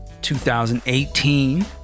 2018